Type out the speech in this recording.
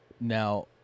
now